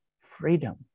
freedom